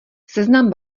seznam